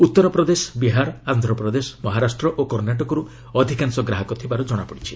ଉତ୍ତର ପ୍ରଦେଶ ବିହାର ଆନ୍ଧ୍ରପ୍ରଦେଶ ମହାରାଷ୍ଟ୍ର ଓ କର୍ଣ୍ଣାଟକରୁ ଅଧିକାଂଶ ଗ୍ରାହକ ଥିବାର ଜଣାପଡ଼ିଛି